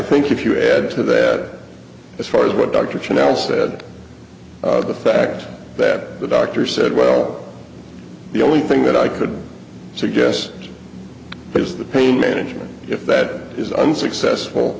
think if you add to that as far as what dr chynoweth said the fact that the doctor said well the only thing that i could suggest is the pain management if that is unsuccessful